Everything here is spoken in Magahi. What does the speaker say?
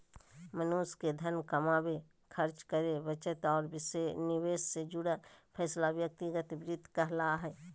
मनुष्य के धन कमावे, खर्च करे, बचत और निवेश से जुड़ल फैसला व्यक्तिगत वित्त कहला हय